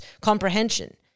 comprehension